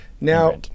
Now